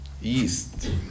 yeast